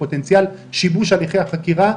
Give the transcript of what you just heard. לפוטנציאל שיבוש הליכי החקירה,